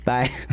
Bye